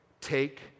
Take